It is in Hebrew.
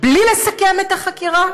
בלי לסכם את החקירה?